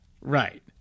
Right